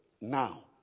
Now